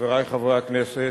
חברי חברי הכנסת,